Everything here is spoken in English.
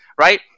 right